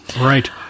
Right